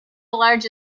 large